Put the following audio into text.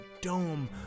dome